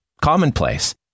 commonplace